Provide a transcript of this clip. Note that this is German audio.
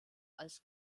als